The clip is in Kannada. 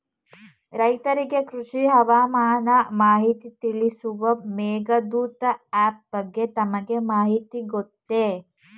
ರೈತರಿಗೆ ಕೃಷಿ ಹವಾಮಾನ ಮಾಹಿತಿ ತಿಳಿಸುವ ಮೇಘದೂತ ಆಪ್ ಬಗ್ಗೆ ತಮಗೆ ಮಾಹಿತಿ ಗೊತ್ತೇ?